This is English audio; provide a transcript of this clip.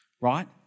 Right